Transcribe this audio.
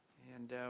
and i